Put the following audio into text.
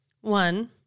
One